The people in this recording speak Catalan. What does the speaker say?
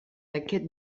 aquest